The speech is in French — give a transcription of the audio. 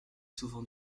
souvent